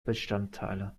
bestandteile